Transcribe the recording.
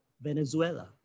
Venezuela